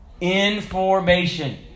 information